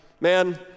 man